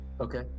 Okay